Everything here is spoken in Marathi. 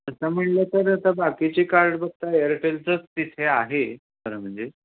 तसं म्हणलं तर आता बाकीचे कार्ड बघता एअरटेलचंच तिथे आहे खरं म्हणजे